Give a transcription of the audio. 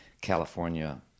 california